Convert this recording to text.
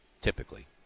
typically